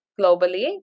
globally